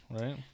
right